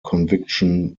conviction